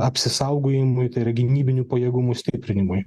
apsisaugojimui tai yra gynybinių pajėgumų stiprinimui